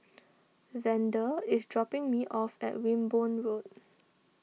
Vander is dropping me off at Wimborne Road